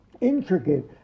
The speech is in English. intricate